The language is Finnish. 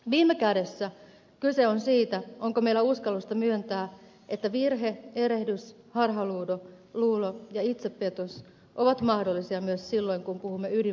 viime kädessä kyse on siitä onko meillä uskallusta myöntää että virhe erehdys harhaluulo ja itsepetos ovat mahdollisia myös silloin kun puhumme ydinvoimasta